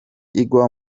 igwa